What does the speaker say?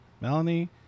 Melanie